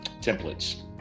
templates